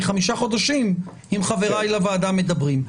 אני חמישה חודשים מדבר יחד עם חבריי לוועדה.